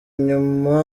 inyuma